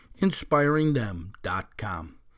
inspiringthem.com